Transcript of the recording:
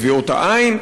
את טביעות העין,